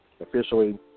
Officially